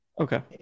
Okay